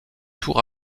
tour